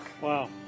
Wow